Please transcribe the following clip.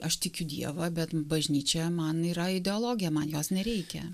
aš tikiu dievą bet bažnyčia man yra ideologija man jos nereikia